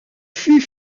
fut